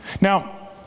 Now